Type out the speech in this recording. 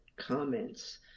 comments